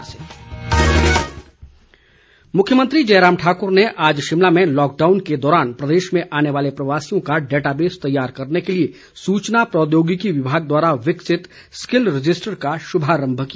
मुख्यमंत्री मुख्यमंत्री जयराम ठाकुर ने आज शिमला में लॉकडाउन के दौरान प्रदेश में आने वाले प्रवासियों का डेटाबेस तैयार करने के लिए सूचना प्रौद्योगिकी विभाग द्वारा विकसित स्किल रजिस्ट्रर का शुभारम्भ किया